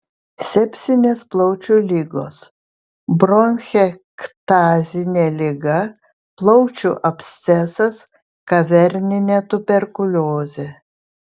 sepsinės plaučių ligos bronchektazinė liga plaučių abscesas kaverninė tuberkuliozė